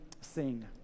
sing